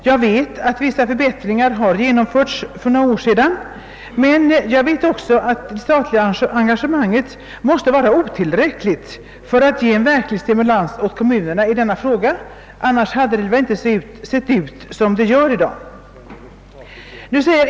Jag vet att vissa förbättringar genomfördes för några år sedan, men jag vet också att det statliga engagemanget måste vara otillräckligt för att ge en verklig stimulans åt kommunerna i detta avseende; annars hade det inte sett ut som det gör i dag.